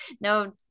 no